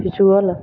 visual